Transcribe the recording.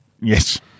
Yes